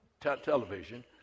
television